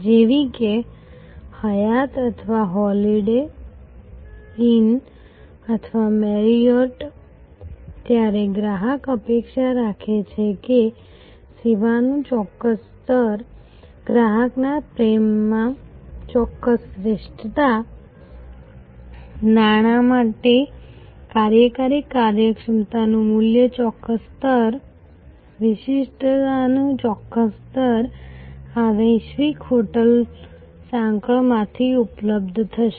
જેવી કે હયાત અથવા હોલિડે ઇન અથવા મેરિયોટ ત્યારે ગ્રાહક અપેક્ષા રાખે છે કે સેવાનું ચોક્કસ સ્તર ગ્રાહકના પ્રેમમાં ચોક્કસ શ્રેષ્ઠતા નાણાં માટે કાર્યકારી કાર્યક્ષમતા મૂલ્યનું ચોક્કસ સ્તર વિશિષ્ટતાનું ચોક્કસ સ્તર આ વૈશ્વિક હોટલ સાંકળમાંથી ઉપલબ્ધ થશે